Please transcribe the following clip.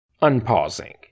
Unpausing